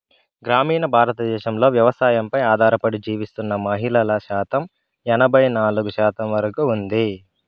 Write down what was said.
గ్రామీణ భారతదేశంలో వ్యవసాయంపై ఆధారపడి జీవిస్తున్న మహిళల శాతం ఎనబై నాలుగు శాతం వరకు ఉంది